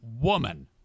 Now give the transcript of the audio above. woman